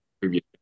previous